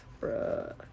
Bruh